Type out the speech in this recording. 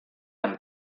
amb